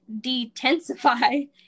detensify